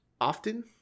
often